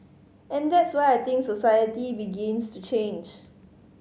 and that's where I think society begins to change